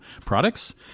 products